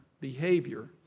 behavior